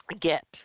get